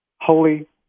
holy